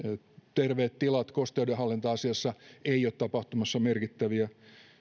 terveet tilat ja kosteudenhallinta asiassa ei ole tapahtumassa merkittäviä